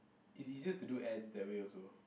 is easier to do ads that way also